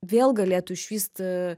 vėl galėtų išvysti